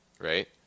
right